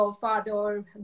father